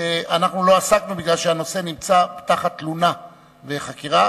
לא עסקנו, בגלל שהנושא נמצא תחת תלונה וחקירה.